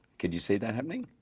could you see that happening?